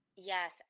Yes